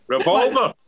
Revolver